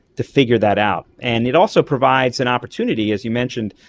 to figure that out. and it also provides an opportunity, as you mentioned,